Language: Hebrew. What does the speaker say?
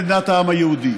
מדינת העם היהודי".